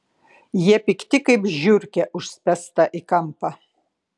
jie pikti kaip žiurkė užspęsta į kampą